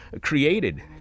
created